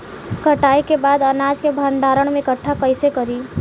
कटाई के बाद अनाज के भंडारण में इकठ्ठा कइसे करी?